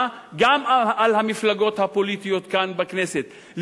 גם על המפלגות הפוליטיות כאן בכנסת,